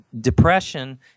depression